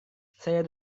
saya